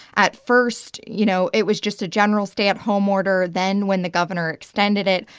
at first, you know, it was just a general stay-at-home order. then, when the governor extended it,